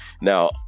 Now